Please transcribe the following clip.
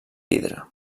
vidre